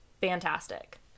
fantastic